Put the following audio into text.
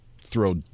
throw